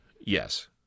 Yes